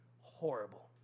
horrible